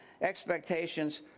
expectations